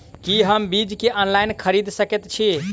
की हम बीज केँ ऑनलाइन खरीदै सकैत छी?